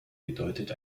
bedeutet